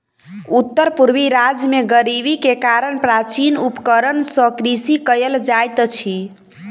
उत्तर पूर्वी राज्य में गरीबी के कारण प्राचीन उपकरण सॅ कृषि कयल जाइत अछि